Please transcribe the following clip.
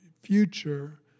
future